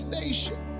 nation